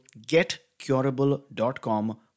getcurable.com